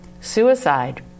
Suicide